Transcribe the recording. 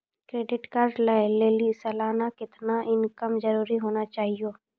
Credit card लय लेली सालाना कितना इनकम जरूरी होना चहियों?